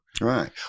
Right